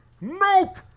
Nope